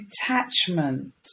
detachment